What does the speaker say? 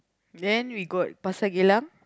then we got Pasir-Geylang